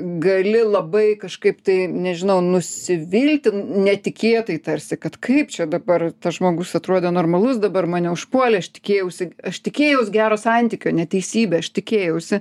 gali labai kažkaip tai nežinau nusivylti netikėtai tarsi kad kaip čia dabar tas žmogus atrodė normalus dabar mane užpuolė aš tikėjausi aš tikėjaus gero santykio neteisybė aš tikėjausi